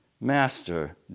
master